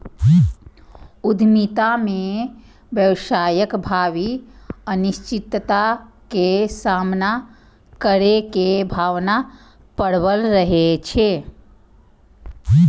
उद्यमिता मे व्यवसायक भावी अनिश्चितता के सामना करै के भावना प्रबल रहै छै